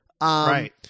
Right